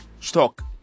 stock